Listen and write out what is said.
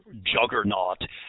juggernaut